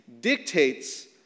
dictates